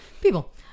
people